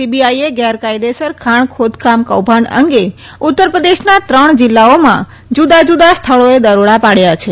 સીબીઆઈએ ગેરકાયદેસર ખાણ ખોદકામ કૌભાંડ અંગે ઉત્તર પ્રદેશના ત્રણ જિલ્લાઓમાં જુદા જુદા સ્થળોએ દરોડા પાડ્યા છે